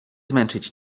zmęczyć